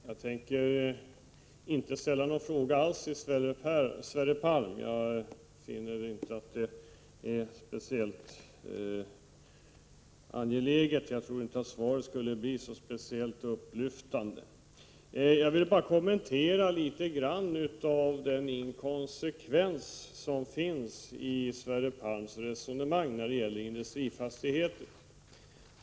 Herr talman! Jag skall inte ställa någon fråga alls till Sverre Palm, då jag inte finner att det är angeläget — jag tror inte att svaret skulle bli speciellt upplyftande. Jag vill bara något kommentera den inkonsekvens som finns i Sverre Palms resonemang om industrifastigheter.